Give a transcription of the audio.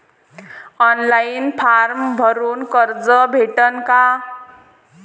Online form भरून कर्ज भेटन का?